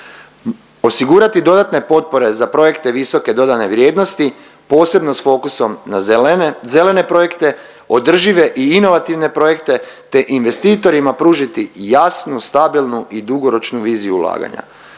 osigurati dodatne potpore za projekte visoke dodane vrijednosti posebno s fokusom na zelene, zelene projekte, održive i inovativne projekte, te investitorima pružiti jasnu, stabilnu i dugoročnu viziju ulaganja.